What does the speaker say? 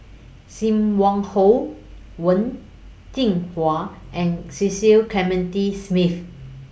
SIM Wong Hoo Wen Jinhua and Cecil Clementi Smith